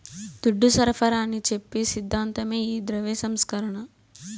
దుడ్డు సరఫరాని చెప్పి సిద్ధాంతమే ఈ ద్రవ్య సంస్కరణ